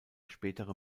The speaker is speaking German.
spätere